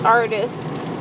artists